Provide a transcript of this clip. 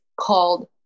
called